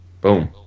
Boom